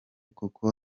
kuko